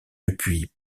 depuis